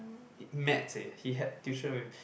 maths eh he had tuition with